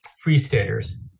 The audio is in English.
freestaters